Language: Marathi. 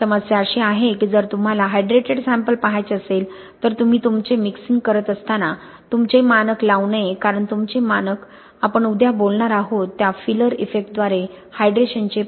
समस्या अशी आहे की जर तुम्हाला हायड्रेटेड सॅम्पल पहायचे असेल तर तुम्ही तुमचे मिक्सिंग करत असताना तुमचे मानक लावू नये कारण तुमचे मानक आपण उद्या बोलणार आहोत त्या फिलर इफेक्टद्वारे हायड्रेशनवरच परिणाम करु शकते